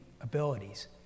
abilities